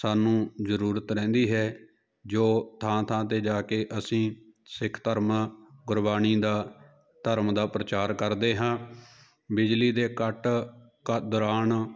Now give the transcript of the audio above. ਸਾਨੂੰ ਜ਼ਰੂਰਤ ਰਹਿੰਦੀ ਹੈ ਜੋ ਥਾਂ ਥਾਂ 'ਤੇ ਜਾ ਕੇ ਅਸੀਂ ਸਿੱਖ ਧਰਮ ਗੁਰਬਾਣੀ ਦਾ ਧਰਮ ਦਾ ਪ੍ਰਚਾਰ ਕਰਦੇ ਹਾਂ ਬਿਜਲੀ ਦੇ ਕੱਟ ਦੌਰਾਨ